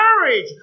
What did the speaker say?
courage